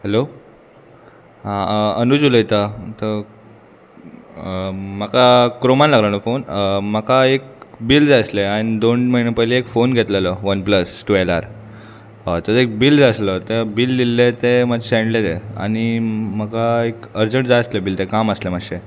hello आं अनूज उलयता तो म्हाका क्रोमान लागलो न्हू फोन म्हाका एक बील जाय आसलें हांयेंन दोण म्हयने पयलीं एक फोन घेतलेलो वन प्लस टुवॅलार हय तेजो एक बील जाय आसलो तें बील दिल्लें तें मातशें शेणलें तें आनी म्हाका एक अर्जंट जाय आसलें बील तें काम आसलें मातशें